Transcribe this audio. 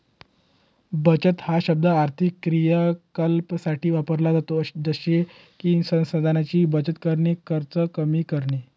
बचत हा शब्द आर्थिक क्रियाकलापांसाठी वापरला जातो जसे की संसाधनांची बचत करणे, खर्च कमी करणे